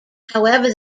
however